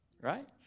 right